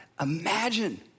Imagine